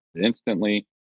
instantly